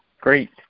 great